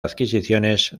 adquisiciones